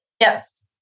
Yes